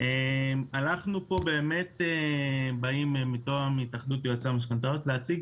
אנחנו באים מטעם התאחדות יועצי המשכנתאות להציג